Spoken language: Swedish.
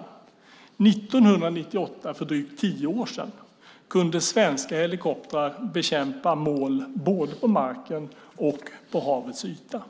År 1998, för drygt tio år sedan, kunde svenska helikoptrar bekämpa mål både på marken och på havets yta.